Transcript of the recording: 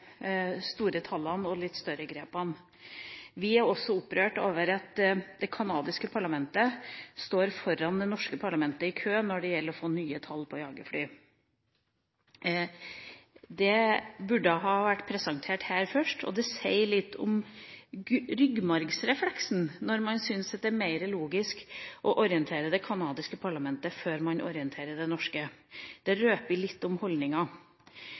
store tallene og de litt større grepene. Vi er også opprørt over at det canadiske parlamentet står foran det norske parlamentet i køen når det gjelder å få nye tall på jagerfly. Det burde vært presentert her først. Det sier litt om ryggmargsrefleksen når man syns det er mer logisk å orientere det canadiske parlamentet, før man orienterer det norske. Det røper litt om holdninga.